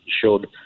showed